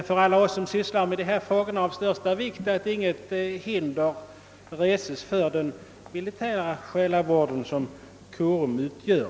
För alla oss som sysslar med dessa frågor är det nämligen av största vikt att inget hinder reses för den militära själavård som korum utgör.